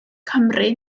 cymru